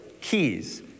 keys